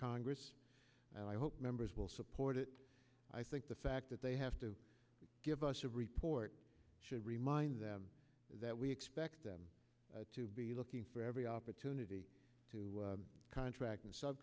congress and i hope members will support it i think the fact that they have to give us a report should remind them that we expect them to be looking for every opportunity to contract